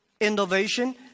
innovation